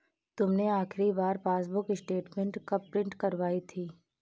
तुमने आखिरी बार पासबुक स्टेटमेंट कब प्रिन्ट करवाई थी?